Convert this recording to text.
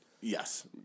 Yes